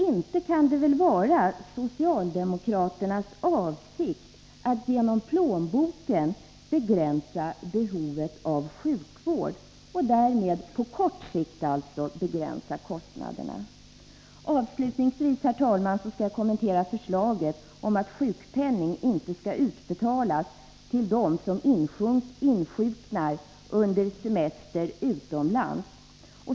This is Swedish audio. Inte kan det väl vara socialdemokraternas avsikt att genom plånboken begränsa behovet av sjukvård och därmed på kort sikt begränsa kostnaderna? Avslutningsvis, herr talman, skall jag kommentera förslaget om att sjukpenning inte skall utbetalas till den som insjuknar under semester utomlands.